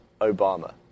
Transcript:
obama